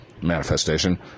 manifestation